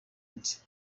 undi